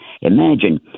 Imagine